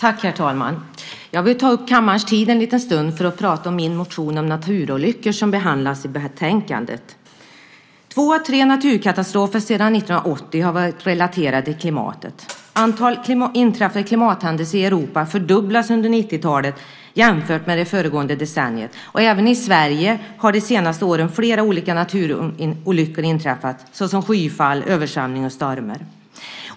Herr talman! Jag vill ta upp kammarens tid en liten stund för att prata om min motion om naturolyckor som behandlas i betänkandet. Sedan 1980 har två av tre naturkatastrofer varit relaterade till klimatet. Antalet inträffade klimathändelser fördubblades i Europa under 90-talet jämfört med det föregående decenniet. Även i Sverige har det de senaste åren inträffat flera olika naturolyckor, såsom skyfall, översvämningar och stormar.